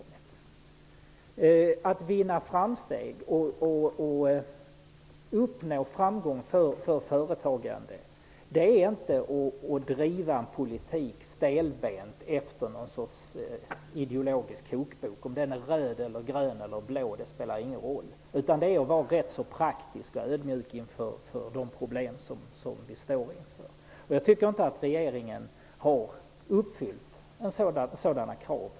Om man vill göra framsteg och vinna framgång för företagande gäller det inte att driva politik stelbent efter någon sorts ideologisk kokbok -- om denna är grön, röd eller blå spelar ingen roll. Det gäller i stället att vara praktisk och ödmjuk inför de problem som vi står inför. Jag tycker inte att regeringen uppfyller det kravet.